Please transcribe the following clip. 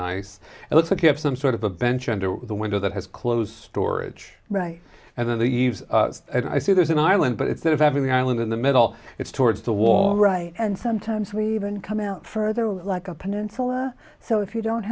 nice and looks like you have some sort of a bench under the window that has close storage right and then the eaves i see there's an island but it's sort of having the island in the middle it's towards the wall right and sometimes we even come out further with like a peninsula so if you don't